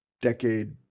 decade